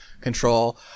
control